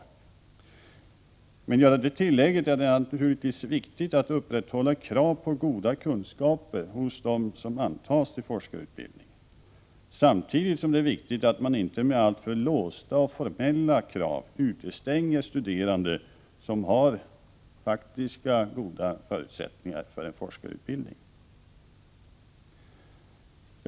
Men jag vill göra det tillägget att det naturligtvis är viktigt att upprätthålla krav på goda kunskaper hos dem som antas till forskarutbildning, samtidigt som det är viktigt att man inte med alltför låsta och formella krav utestänger studerande som har faktiska goda förutsättningar för en forskarutbildning.